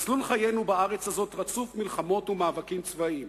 מסלול חיינו בארץ הזאת רצוף מלחמות ומאבקים צבאיים.